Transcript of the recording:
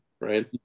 right